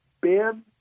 Ben